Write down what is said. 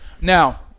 Now